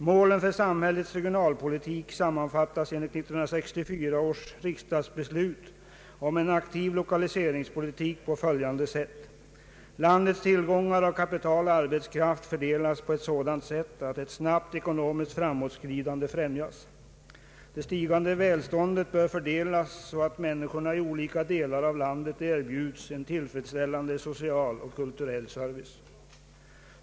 Målen för samhällets regionalpolitik sammanfattas enligt 1964 års riksdagsbeslut om en aktiv lokaliseringspolitik på följande sätt: Landets tillgångar av kapital och arbetskraft fördelas på ett sådant sätt att ett snabbt ekonomiskt framåtskridande främjas. Det stigande välståndet bör fördelas så att människorna i olika de lar av landet erbjuds en tillfredsställande social och kulturell service.